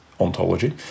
ontology